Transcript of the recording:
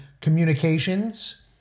communications